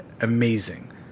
amazing